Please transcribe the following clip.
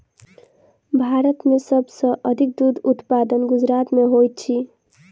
भारत में सब सॅ अधिक दूध उत्पादन गुजरात में होइत अछि